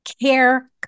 care